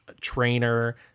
trainer